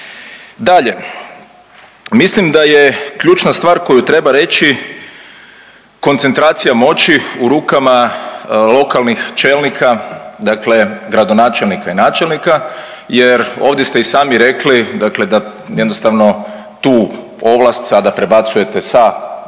Dalje, mislim da je ključna stvar koju treba reći koncentracija moći u rukama lokalnih čelnika, dakle gradonačelnika i načelnika jer ovdje ste i sami rekli dakle da jednostavno tu ovlast sada prebacujete sa gradskih